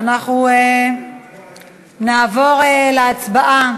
אנחנו נעבור להצבעה